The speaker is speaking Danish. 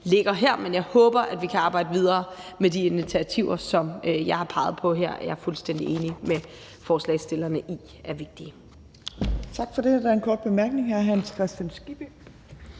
foreligger her, men jeg håber, at vi kan arbejde videre med de initiativer, som jeg har peget på her, og som jeg er fuldstændig enig med forslagsstillerne i er vigtige. Kl. 15:28 Tredje næstformand (Trine Torp): Tak for det. Der er en kort bemærkning. Hr. Hans Kristian Skibby.